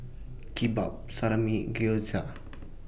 Kimbap Salami Gyoza